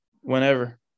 Whenever